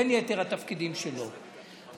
בין יתר התפקידים שלו,